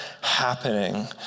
happening